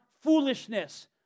foolishness